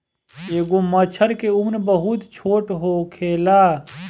एगो मछर के उम्र बहुत छोट होखेला